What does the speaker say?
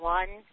one